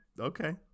okay